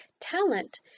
talent